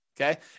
okay